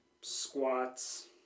squats